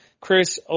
Chris